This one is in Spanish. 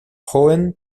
joven